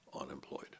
unemployed